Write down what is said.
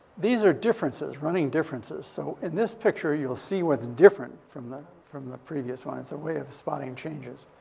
these are differences, running differences. so, in this picture, you'll see what's different from the from the previous one. it's a way of spotting changes.